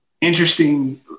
interesting